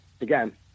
again